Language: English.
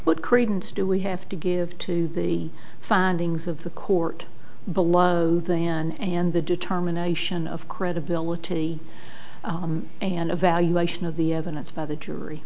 what credence do we have to give to the findings of the court below and the determination of credibility and evaluation of the evidence by the jury